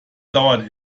dauert